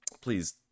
Please